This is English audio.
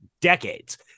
decades